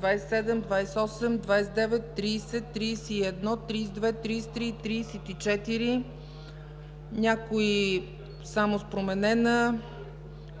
27, 28, 29, 30, 31, 32, 33 и 34, някои само с променена